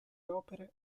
opere